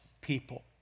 people